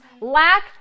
Lack